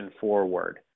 forward